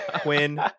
Quinn